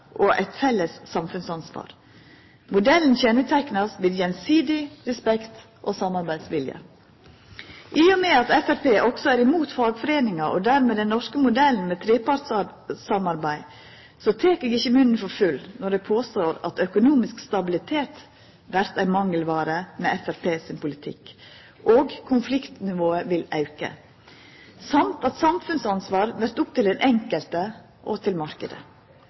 og eit felles samfunnsansvar. Modellen er kjenneteikna av gjensidig respekt og samarbeidsvilje. I og med at Framstegspartiet også er imot fagforeiningar, og dermed den norske modellen med trepartssamarbeid, tek eg ikkje munnen for full når eg påstår at økonomisk stabilitet vert ei mangelvare med Framstegspartiet sin politikk. Konfliktnivået vil auka, og det vert opp til den enkelte og marknaden å ta samfunnsansvar. Og som sagt: Marknaden tek ikkje omsyn til